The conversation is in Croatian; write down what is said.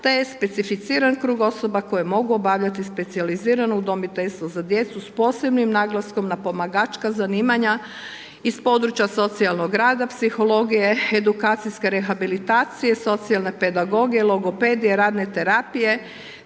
te je specificiran krug osoba koje mogu obavljati specijalizirano udomiteljstvo za djecu s posebnim naglaskom na pomagačka zanimanja iz područja socijalnog rada, psihologije, edukacijske rehabilitacije, socijalne pedagogije, logopedije, radne terapije,